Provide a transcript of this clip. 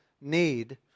need